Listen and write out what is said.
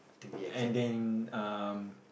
and then um